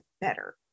better